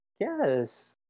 Yes